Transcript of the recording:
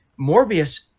Morbius